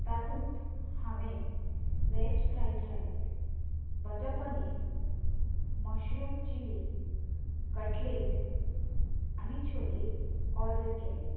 तातूंत हांवें वॅज fried rice butter paneer mushroom chilli cutlet आनी चोले ऑर्डर केल्लें